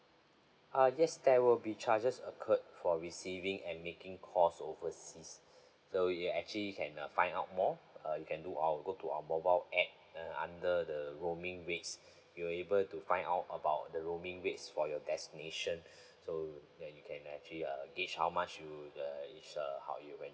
uh yes there will be charges occurred for receiving and making calls overseas so you actually can uh find out more uh you can do our go to our mobile app uh under the roaming rates you'll able to find out about the roaming rates for your destination so that you can actually uh gauge how much you the is uh how you